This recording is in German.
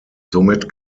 somit